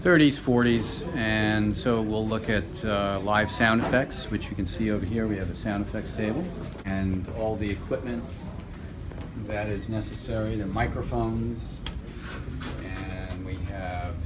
thirty's forty's and so we'll look at live sound effects which you can see over here we have a sound effects table and all the equipment that is necessary to microphones and we